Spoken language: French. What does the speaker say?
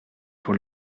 pour